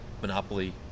monopoly